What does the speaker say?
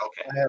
Okay